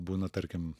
būna tarkim